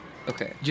Okay